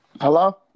Hello